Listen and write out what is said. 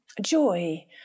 joy